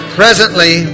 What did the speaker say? presently